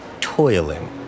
toiling